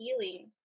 healing